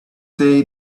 day